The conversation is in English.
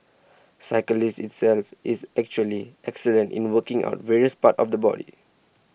cycling itself is actually excellent in working out various parts of the body